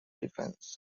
defense